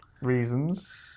Reasons